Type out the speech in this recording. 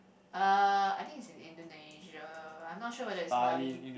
uh I think it's in Indonesia I'm not sure whether it's Bali